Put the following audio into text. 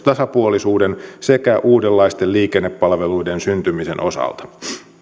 tasapuolisuuden sekä uudenlaisten liikennepalveluiden syntymisen osalta